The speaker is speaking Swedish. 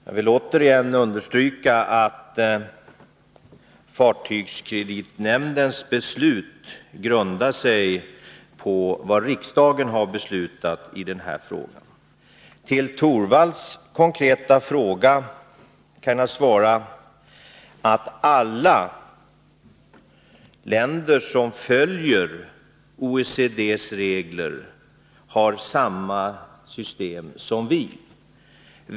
Herr talman! Jag vill återigen understryka att fartygskreditnämndens beslut grundar sig på vad riksdagen har beslutat i den här frågan. På Rune Torwalds konkreta fråga kan jag svara att alla länder som följer OECD:s regler har samma system som vi.